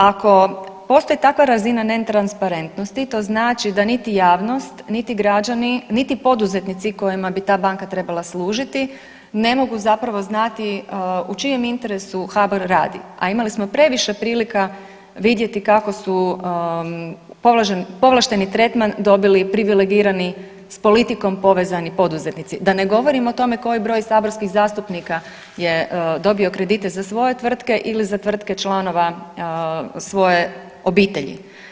Ako postoji takva razina netransparentnosti to znači da niti javnost, niti građani, niti poduzetnici kojima bi ta banka trebala služiti ne mogu zapravo znati u čijem interesu HBOR radi, a imali smo previše prilika vidjeti kako su povlašteni tretman dobili privilegirani s politikom povezani poduzetnici, da ne govorim o tome koji broj saborskih zastupnika je dobio kredite za svoje tvrtke ili za tvrtke članova svoje obitelji.